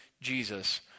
Jesus